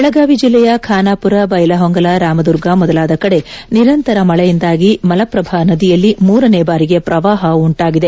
ಬೆಳಗಾವಿ ಜಿಲ್ಲೆಯ ಖಾನಾಪುರ ಬೈಲಹೊಂಗಲ ರಾಮದುರ್ಗ ಮೊದಲಾದ ಕಡೆ ನಿರಂತರ ಮಳೆಯಿಂದಾಗಿ ಮಲಪ್ರಭಾ ನದಿಯಲ್ಲಿ ಮೂರನೇ ಬಾರಿಗೆ ಪ್ರವಾಹ ಉಂಟಾಗಿದೆ